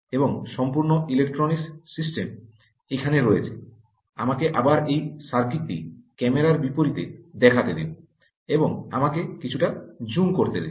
এবং সম্পূর্ণ electronics system এখানে রয়েছে আমাকে আবার এই সার্কিটটি ক্যামেরার বিপরীতে দেখাতে দিন এবং আমাকে কিছুটা জুম করতে দিন